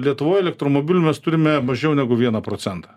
lietuvoj elektromobilių mes turime mažiau negu vieną procentą